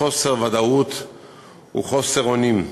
חוסר ודאות הוא חוסר אונים.